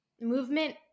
movement